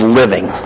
living